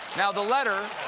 now, the letter